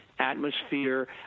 atmosphere